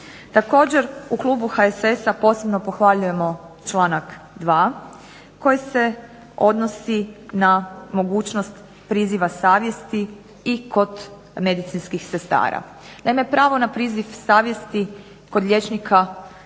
Također, u klubu HSS-a posebno pohvaljujemo članak 2. koji se odnosi na mogućnost priziva savjesti i kod medicinskih sestara. Naime, pravo na priziv savjesti kod liječnika